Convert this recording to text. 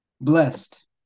Blessed